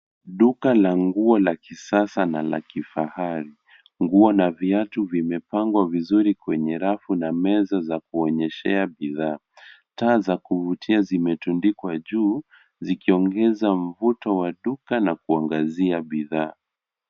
Duka la nguo la kisasa na la kifahari. Nguo na viatu vimepangwa vizuri kwenye rafu na meza za kuonyeshea bidhaa. Taa za kuvutia zimetundikwa juu, zikiongeza mvuto wa duka na kuangazia bidhaa.